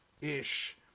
ish